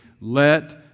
let